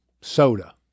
soda